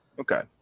Okay